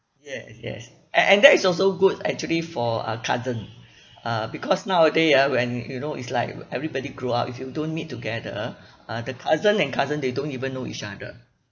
yes yes and and that is also good actually for uh cousin uh because nowaday ah when you know it's like everybody grew up if you don't meet together uh the cousin and cousin they don't even know each other